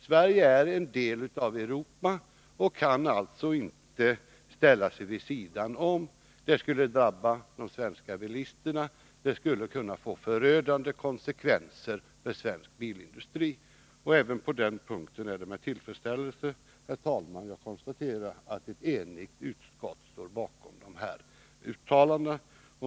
Sverige är en del av Europa, och kan alltså inte ställa sig vid sidan om — det skulle drabba de svenska bilisterna, det skulle kunna få förödande konsekvenser för svensk bilindustri. Även på den punkten är det med tillfredsställelse jag konstaterar att ett enigt utskott står bakom uttalandena.